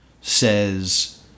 says